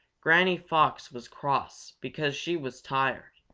granny fox was cross because she was tired.